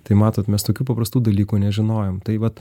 tai matot mes tokių paprastų dalykų nežinojom tai vat